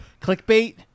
clickbait